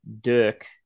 dirk